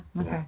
Okay